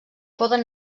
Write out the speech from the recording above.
poden